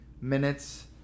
minutes